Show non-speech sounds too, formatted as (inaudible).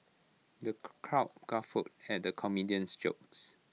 the (unintelligible) crowd guffawed at the comedian's jokes